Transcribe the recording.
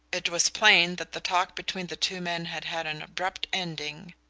it was plain that the talk between the two men had had an abrupt ending.